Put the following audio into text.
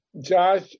Josh